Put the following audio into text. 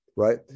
right